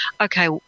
okay